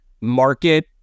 market